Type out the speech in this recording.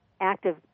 active